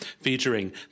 featuring